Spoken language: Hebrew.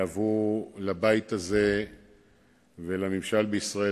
כל אלה יהיו תרומה גדולה לבית הזה ולממשל בישראל.